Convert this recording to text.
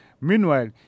meanwhile